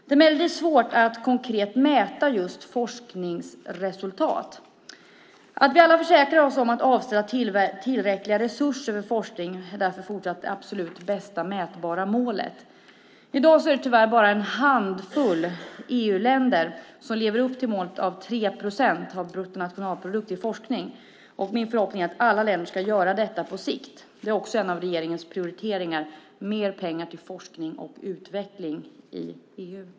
Det är emellertid svårt att konkret mäta just forskningsresultat. Att vi alla försäkrar oss om att avsätta tillräckliga resurser för forskning är därför fortsatt det absolut bästa mätbara målet. I dag är det tyvärr bara en handfull EU-länder som lever upp till målet om 3 procent av bruttonationalprodukten till forskning. Min förhoppning är att alla länder ska göra detta på sikt. Det är också en av regeringens prioriteringar, mer pengar till forskning och utveckling i EU.